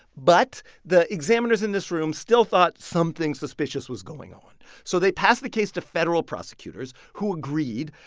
but the examiners in this room still thought something suspicious was going on. so they passed the case to federal prosecutors, who agreed.